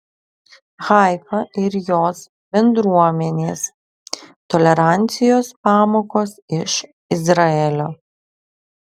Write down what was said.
haifa ir jos bendruomenės tolerancijos pamokos iš izraelio